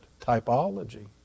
typology